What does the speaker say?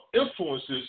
influences